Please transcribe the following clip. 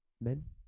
men